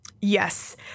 Yes